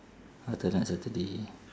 alternate saturday